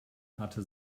hatte